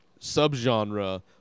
subgenre